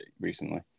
recently